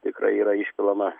tikrai yra išpilama